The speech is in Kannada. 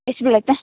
ಎಷ್ಟು ಬೀಳುತ್ತೆ